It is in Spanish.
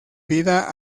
vida